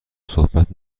صحبت